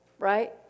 Right